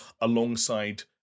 alongside